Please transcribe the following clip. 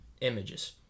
images